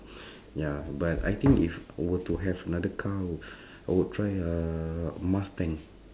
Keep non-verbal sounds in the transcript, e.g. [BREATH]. [BREATH] ya but I think if I were to have another car [BREATH] I would try uh mustang